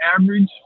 average